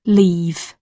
leave